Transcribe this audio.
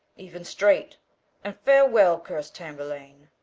even straight and farewell, cursed tamburlaine!